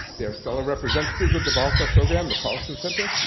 they are stellar representatives of the vol star program, the carlsen center,